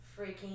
freaking